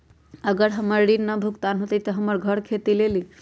अगर हमर ऋण न भुगतान हुई त हमर घर खेती लेली?